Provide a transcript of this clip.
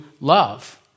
love